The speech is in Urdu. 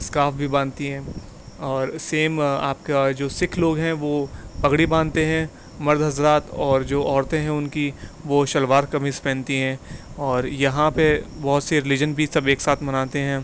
اسکارف بھی باندھتی ہیں اور سیم آپ کا جو سکھ لوگ ہیں وہ پگڑی باندھتے ہیں مرد حضرات اور جو عورتیں ہیں ان کی وہ شلوار قمیص پہنتی ہیں اور یہاں پہ بہت سے ریلیجن بھی سب ایک ساتھ مناتے ہیں